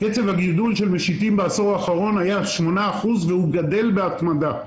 קצב הגידול של משיטים בעשור האחרון היה שמונה אחוזים והוא גדל בהתמדה.